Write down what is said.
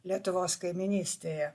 lietuvos kaimynystėje